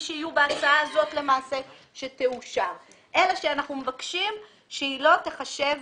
שיהיו בהצעה הזאת שתאושר אלא שהם מבקשים שהיא לא תיחשב